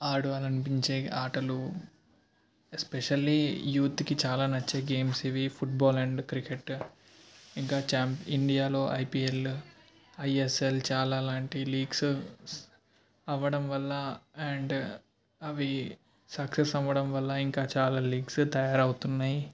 ఆడలనిపించే ఆటలు ఎస్పెషల్లీ యూత్కి చాలా నచ్చే గేమ్స్ ఇవి ఫుట్బాల్ అండ్ క్రికెట్ ఇంకా చాం ఇండియాలో ఐపీఎల్ ఐఎస్ఎల్ చాలా లాంటి లీగ్స్ అవ్వడం వల్ల అండ్ అవి సక్సెస్ అవ్వడం వల్ల ఇంకా చాలా లీగ్స్ తయారవుతున్నాయి